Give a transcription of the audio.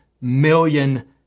million